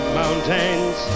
mountains